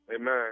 Amen